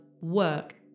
work